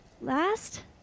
last